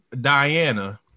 Diana